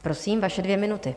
Prosím, vaše dvě minuty.